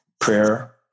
Prayer